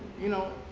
you know,